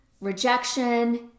rejection